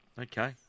Okay